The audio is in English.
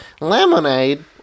Lemonade